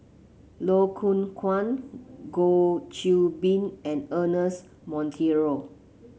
Loh Hoong Kwan Goh Qiu Bin and Ernest Monteiro